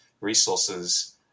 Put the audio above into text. resources